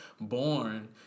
born